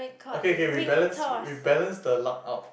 okay okay we balance we balance the luck out